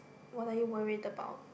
what are you worried about